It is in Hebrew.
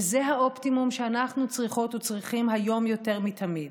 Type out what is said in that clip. וזה האופטימום שאנחנו צריכות וצריכים היום יותר מתמיד,